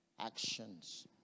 actions